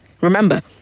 Remember